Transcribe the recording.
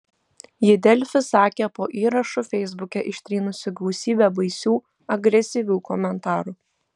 ji delfi sakė po įrašu feisbuke ištrynusi gausybę baisių agresyvių komentarų